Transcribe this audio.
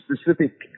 Specific